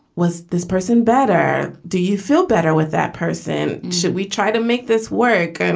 was this person better? do you feel better with that person? should we try to make this work? and